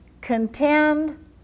contend